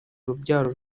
urubyaro